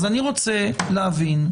אז אני רוצה להבין,